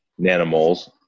nanomoles